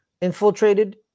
infiltrated